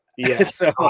Yes